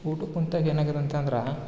ಊಟಕ್ ಕುಂತಾಗ್ ಏನಾಗಿದೆ ಅಂತಂದ್ರೆ